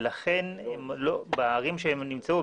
לכן בערים שמרכז הפעילות נמצא בהן,